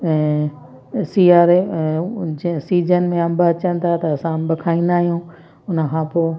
ऐं सियारे जीअं सीजन में अंब अचनि था त असां अंब खाईंदा आहियूं उन खां पोइ